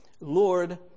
Lord